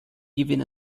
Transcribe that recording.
given